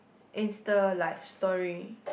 Insta live story